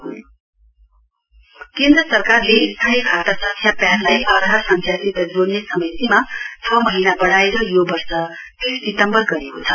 pain Aadhaar केन्द्र सरकारले स्थायी खाता सङ्ख्या पेन लाई आधार सङ्ख्यासित जोड्ने समयसीमा छ महिना बडाएर यो वर्ष तीस सितम्बर गरेको छ